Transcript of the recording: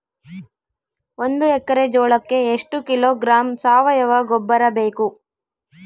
ಒಂದು ಎಕ್ಕರೆ ಜೋಳಕ್ಕೆ ಎಷ್ಟು ಕಿಲೋಗ್ರಾಂ ಸಾವಯುವ ಗೊಬ್ಬರ ಬೇಕು?